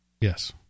Yes